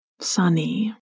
Sunny